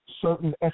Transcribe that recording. certain